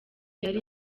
yari